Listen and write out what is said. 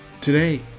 today